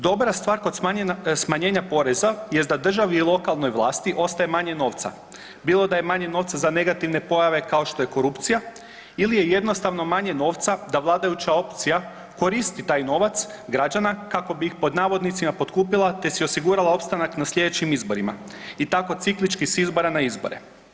Dobra stvar kod smanjenja poreza jest da državi i lokalnoj vlasti ostaje manje novca, bilo da je manje novca za negativne pojave, kao što je korupcija, ili je jednostavno manje novca da vladajuća opcija koristi taj novac građana kako bi ih pod navodnicima, potkupila te si osigurala opstanak na sljedećim izborima i tako ciklički s izbora na izbore.